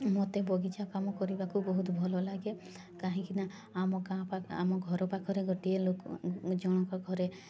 ମତେ ବଗିଚା କାମ କରିବାକୁ ବହୁତ ଭଲ ଲାଗେ କାହିଁକିନା ଆମ ଗାଁ ପାଖ ଆମ ଘର ପାଖରେ ଗୋଟିଏ ଲୋକ ଜଣକ ଘରେ